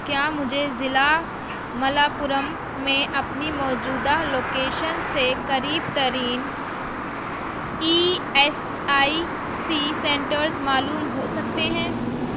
کیا مجھے ضلع ملاپورم میں اپنی موجودہ لوکیشن سے قریب ترین E S I C centres معلوم ہو سکتے ہیں